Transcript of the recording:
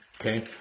okay